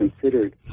considered